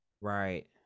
Right